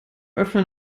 öffnen